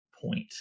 point